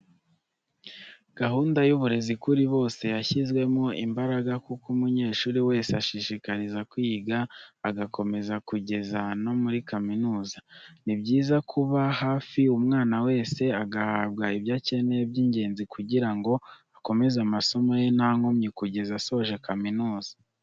Gahunda y'uburezi kuri bose yashyizwemo imbaraga kuko umunyeshuri wese ashishikarizwa kwiga agakomeza kugeza no muri kaminuza. Ni byiza kuba hafi umwana wese agahabwa ibyo akeneye by'ingenzi kugira ngo akomeze amasomo ye nta nkomyi kugeza asoje kaminuza.